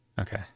okay